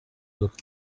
look